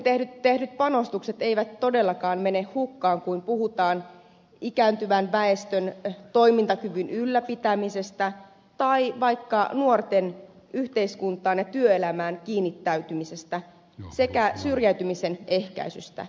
kulttuuriin tehdyt panostukset eivät todellakaan mene hukkaan kun puhutaan ikääntyvän väestön toimintakyvyn ylläpitämisestä tai vaikka nuorten yhteiskuntaan ja työelämään kiinnittäytymisestä sekä syrjäytymisen ehkäisystä